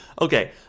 Okay